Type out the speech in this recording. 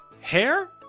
hair